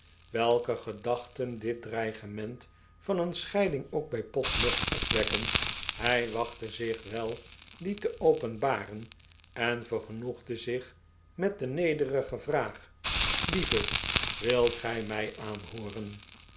welke gedachten dit dreigement van een scheiding ook bij pott mocht opwekken hij wachtte zich wel die te openbaren en vergenoegde zich met de nederige vraag lieve wilt gij mij aanhooren